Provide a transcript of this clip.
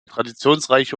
traditionsreiche